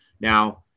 Now